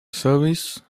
service